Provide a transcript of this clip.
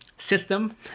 system